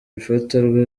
ifatwa